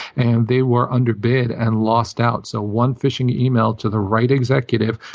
and they were under bid and lost out. so one fishing email to the right executive,